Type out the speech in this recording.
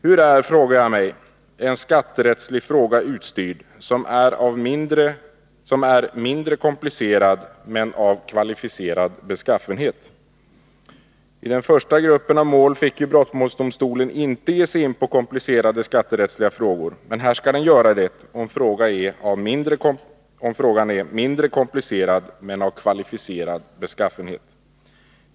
Hur är, frågar jag mig, en skatterättslig fråga utstyrd som är mindre komplicerad men av kvalificerad beskaffenhet? I den första gruppen av mål fick ju brottmålsdomstolen inte ge sig in på komplicerade skatterättsliga frågor. Men här skall den göra det om frågan är mindre komplicerad men av kvalificerad beskaffenhet.